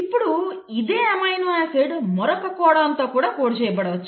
ఇప్పుడు ఇదే amino acid మరొక కోడాన్ తో కూడా కోడ్ చేయబడవచ్చు